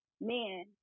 man